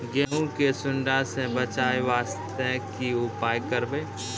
गहूम के सुंडा से बचाई वास्ते की उपाय करबै?